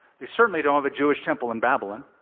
they certainly don't have a jewish temple in babylon.